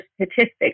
statistics